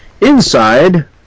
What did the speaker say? inside